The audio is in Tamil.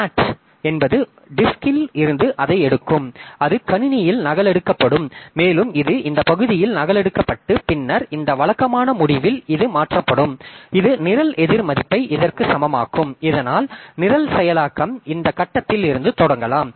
ஹேட் என்பது வட்டில் இருந்து அதை எடுக்கும் அது கணினியில் நகலெடுக்கப்படும் மேலும் இது இந்த பகுதியில் நகலெடுக்கப்பட்டு பின்னர் இந்த வழக்கமான முடிவில் இது மாற்றப்படும் இது நிரல் எதிர் மதிப்பை இதற்கு சமமாக்கும் இதனால் நிரல் செயலாக்கம் இந்த கட்டத்தில் இருந்து தொடங்கலாம்